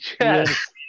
yes